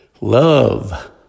Love